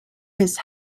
his